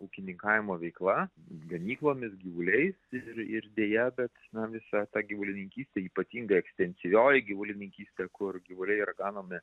ūkininkavimo veikla ganyklomis gyvuliais ir ir deja bet visa ta gyvulininkystė ypatingai ekstensyvioji gyvulininkystė kur gyvuliai yra ganomi